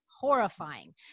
Horrifying